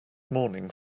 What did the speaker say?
morning